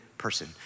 Person